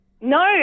No